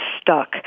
stuck